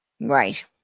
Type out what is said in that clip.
right